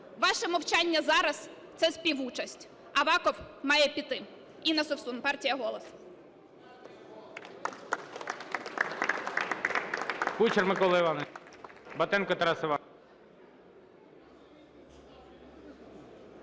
Ваше мовчання зараз – це співучасть. Аваков має піти. Інна Совсун, партія "Голос".